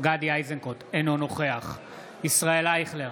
אינו נוכח ישראל אייכלר,